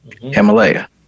Himalaya